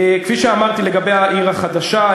כפי שאמרתי לגבי העיר החדשה,